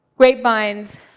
grapevines,